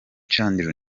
chandiru